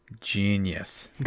genius